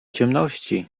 ciemności